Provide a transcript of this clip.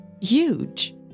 huge